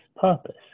purpose